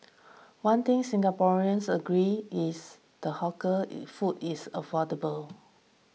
one thing Singaporeans agree is the hawker food is affordable